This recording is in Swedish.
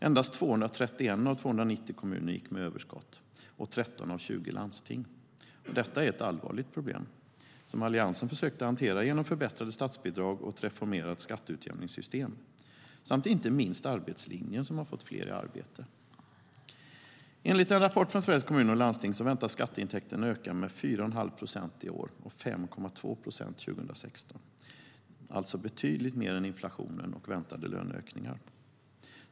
Endast 231 av 290 kommuner och 13 av 20 landsting gick med överskott. Detta är ett allvarligt problem, som Alliansen försökt hantera genom förbättrade statsbidrag och ett reformerat skatteutjämningssystem samt inte minst genom arbetslinjen, som fått fler i arbete. Enligt en rapport från Sveriges Kommuner och Landsting väntas skatteintäkterna öka med 4,5 procent i år och 5,2 procent 2016. Det är alltså betydligt mer än inflationen och väntade löneökningar.